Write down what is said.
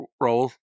role